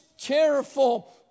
careful